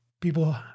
People